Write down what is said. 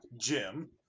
Jim